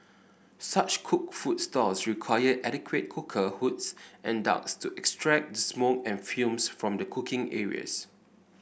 such cooked food stalls require adequate cooker hoods and ducts to extract the smoke and fumes from the cooking areas